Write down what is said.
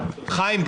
חיים,